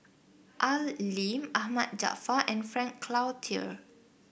Al Lim Ahmad Jaafar and Frank Cloutier